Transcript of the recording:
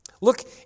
Look